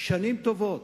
כמה שנים טובות,